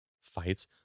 fights